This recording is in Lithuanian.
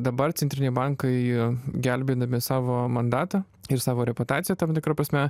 dabar centriniai bankai gelbėdami savo mandatą ir savo reputaciją tam tikra prasme